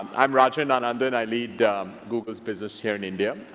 i'm rajan anandan. i lead google's business here in india.